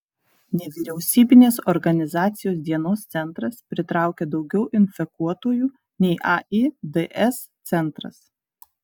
nevyriausybinės organizacijos dienos centras pritraukia daugiau infekuotųjų nei aids centras